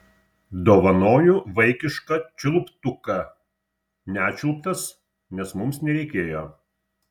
dovanoju vaikišką čiulptuką nečiulptas nes mums nereikėjo